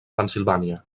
pennsilvània